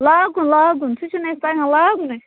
لاگُن لاگُن سُہ چھُنہٕ اَسہِ تگان لاگنُے